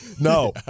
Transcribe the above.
No